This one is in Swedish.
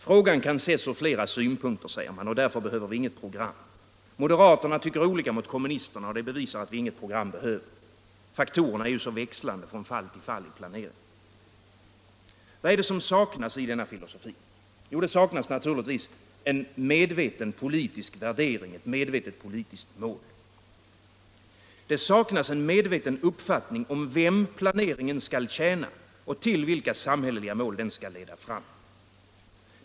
Frågan kan ses från flera synpunkter, säger man. Därför behöver vi inget program. Moderaterna tycker olika mot kommunisterna och det bevisar att vi inget program behöver. Faktorerna är så växlande från fall till fall i planeringen. Vad är det som saknas i denna filosofi? Det saknas en medveten politisk värdering. Det saknas en medveten uppfattning om vem planeringen skall tjäna och till vilka samhälleliga mål den skall leda fram.